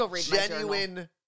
genuine